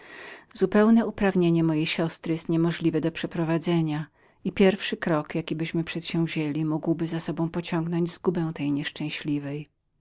zupełne uprawnienie mojej siostry równie jest trudnem do otrzymania i pierwszy krok jakibyśmy przedsięwzięli mógłby za sobą pociągnąć zgubę tej nieszczęśliwej